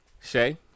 Shay